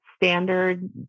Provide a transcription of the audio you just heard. standard